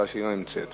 ההצעה שלי לא נמצאת.